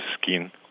skin